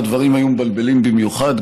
הדברים היו מבלבלים במיוחד,